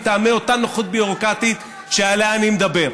מטעמי אותה נוחות ביורוקרטית שעליה אני מדבר.